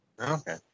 Okay